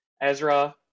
Ezra